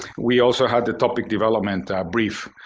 we also had the topic development brief.